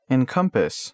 Encompass